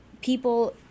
people